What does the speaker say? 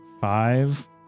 five